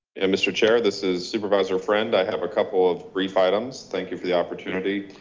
and mr. chair, this is supervisor friend. i have a couple of brief items. thank you for the opportunity.